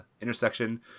intersection